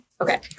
Okay